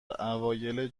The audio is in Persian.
اوایل